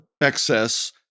excess